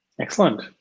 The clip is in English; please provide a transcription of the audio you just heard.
Excellent